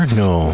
no